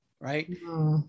right